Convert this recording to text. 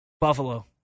Buffalo